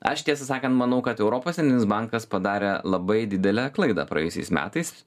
aš tiesą sakant manau kad europos centrinis bankas padarė labai didelę klaidą praėjusiais metais